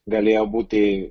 galėjo būti